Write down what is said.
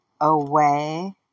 away